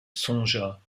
songea